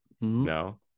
No